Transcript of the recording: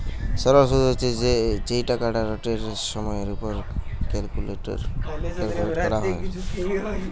সরল শুদ হচ্ছে যেই টাকাটা রেটের সময়ের উপর ক্যালকুলেট করা হয়